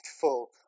full